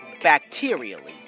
bacterially